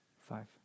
five